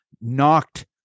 knocked